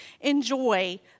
enjoy